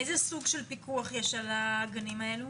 איזה סוג של פיקוח יש על הגנים האלה?